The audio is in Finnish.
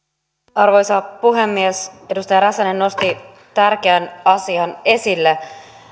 arvoisa puhemies edustaja räsänen nosti tärkeän asian esille